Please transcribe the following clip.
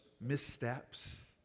missteps